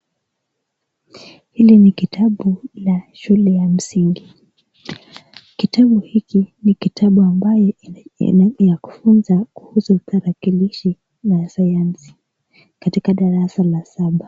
Hili ni ktabu la shule ya msingi. Kitabu hiki ni kitabu ambayo ni ya kufunza kuhusu tarakilishi na sayansi katika darasa la saba.